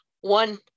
One